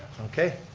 okay.